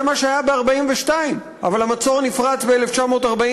זה מה שהיה ב-1942, אבל המצור נפרץ ב-1944.